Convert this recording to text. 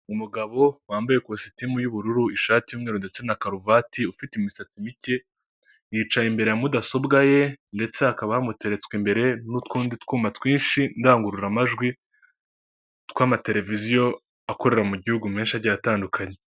Umugabo wambaye kositimu y'ubururu, ishati y'umweru ndetse na karuvati, ufite imisatsi mike, yicaye imbere ya mudasobwa ye, ndetse hakaba amuteretswe imbere n'utundi twuma twinshi ndangururamajwi, tw'amateleviziyo akorera mu gihugu menshi, agiye atandukanye.